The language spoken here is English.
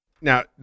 Now